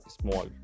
small